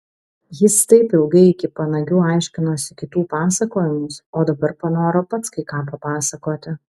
jis taip ilgai iki panagių aiškinosi kitų pasakojimus o dabar panoro pats kai ką papasakoti